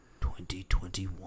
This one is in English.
2021